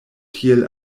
tiel